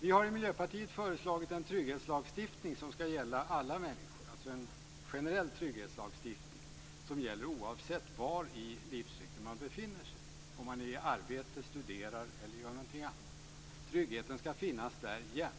Vi i Miljöpartiet har föreslagit en trygghetslagstiftning som skall gälla alla människor, en generell trygghetslagstiftning som gäller oavsett var i livscykeln man befinner sig - om man är i arbete, om man studerar eller om man gör någonting annat. Tryggheten skall finnas där jämt.